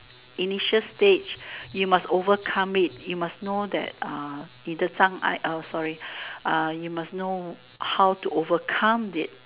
initial stage you must overcome it you must know that uh 你的障碍 sorry you must know how to overcome it